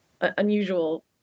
unusual